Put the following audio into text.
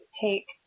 take